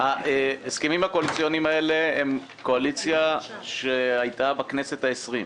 ההסכמים הקואליציוניים האלה יוסדו בקואליציה שכיהנה בכנסת ה-20.